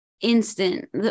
instant